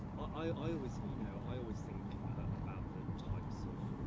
i always you know i always think about the types of,